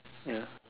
ya